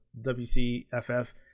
WCFF